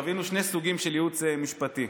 חווינו שני סוגים של ייעוץ משפטי.